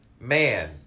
man